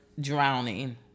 drowning